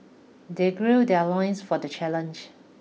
they gird their loins for the challenge